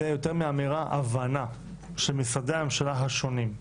מעבר לאמירה צריכה להיות הבנה של משרדי הממשלה השונים.